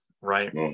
right